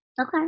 Okay